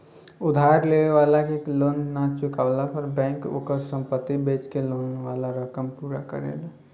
उधार लेवे वाला के लोन ना चुकवला पर बैंक ओकर संपत्ति बेच के लोन वाला रकम पूरा करेला